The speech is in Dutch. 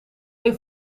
een